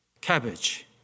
cabbage